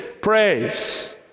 praise